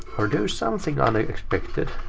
or do something unexpected.